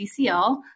CCL